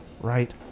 right